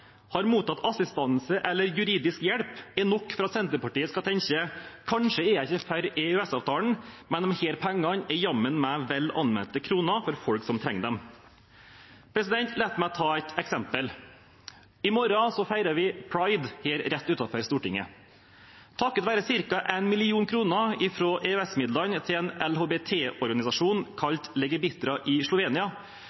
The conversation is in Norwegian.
har mottatt assistanse eller juridisk hjelp, er nok til at Senterpartiet vil tenke: Kanskje er vi ikke for EØS-avtalen, men disse pengene er jammen vel anvendte kroner for folk som trenger dem. La meg ta et eksempel: I morgen feirer vi Pride rett utenfor Stortinget. Takket være ca. 1 mill. kr fra EØS-midlene kunne en